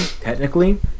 technically